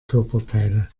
körperteile